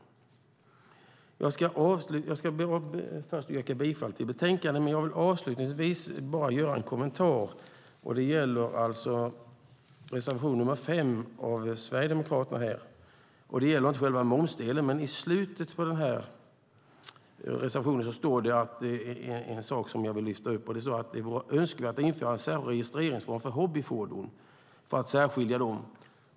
Låt mig först yrka bifall till utskottets förslag i betänkandet och sedan avslutningsvis göra en kommentar till reservation 5 av Sverigedemokraterna; det gäller inte själva momsdelen. I slutet av reservationen står något som jag vill lyfta upp, nämligen att det vore önskvärt att införa en särskild registreringsform för hobbyfordon för att särskilja dem.